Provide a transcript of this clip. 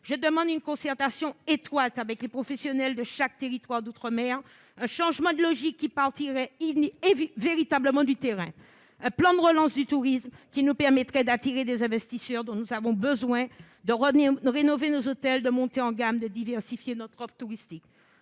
Je demande une concertation étroite avec les professionnels de chaque territoire d'outre-mer, un changement de logique- tout partirait du terrain -et un plan de relance du tourisme qui nous permettrait d'attirer les investisseurs dont nous avons besoin, de rénover nos hôtels, de monter en gamme et de diversifier notre offre touristique.